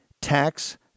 Tax